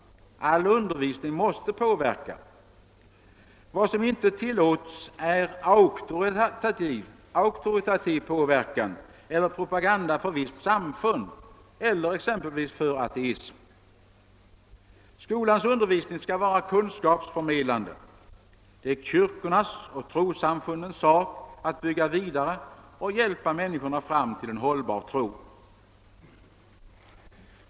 Al undervisning måste påverka. Vad som inte tillåts är auktoritativ påverkan eller propaganda för visst samfund eller exempelvis för ateism. Skolans undervisning skall vara kunskapsförmedlande. Det är kyrkornas och trossamfundens sak att bygga vidare och hjälpa människor fram till en hållbar tro.